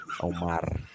Omar